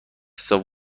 حساب